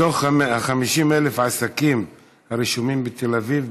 מתוך 50,000 עסקים הרשומים בתל אביב,